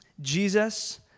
Jesus